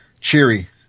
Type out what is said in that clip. cheery